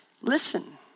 listen